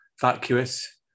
Vacuous